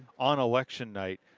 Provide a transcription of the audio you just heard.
on election night,